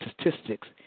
statistics